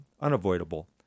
unavoidable